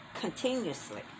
continuously